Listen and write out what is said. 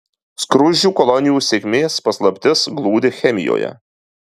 skruzdžių kolonijų sėkmės paslaptis glūdi chemijoje